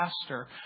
pastor